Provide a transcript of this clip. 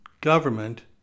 government